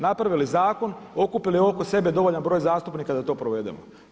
Napravili smo zakon, okupili oko sebe dovoljan broj zastupnika da to provedemo.